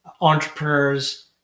entrepreneurs